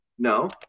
No